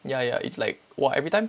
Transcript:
ya ya it's like !wah! everytime